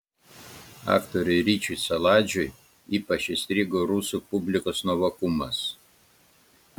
aktoriui ryčiui saladžiui ypač įstrigo rusų publikos nuovokumas